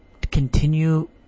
continue